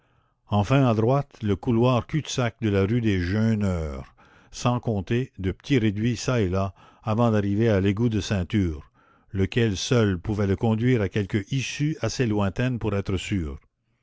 enfin à droite le couloir cul-de-sac de la rue des jeûneurs sans compter de petits réduits çà et là avant d'arriver à l'égout de ceinture lequel seul pouvait le conduire à quelque issue assez lointaine pour être sûre